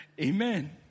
amen